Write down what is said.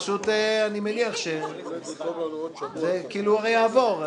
פשוט אני מניח שזה כאילו הרי יעבור.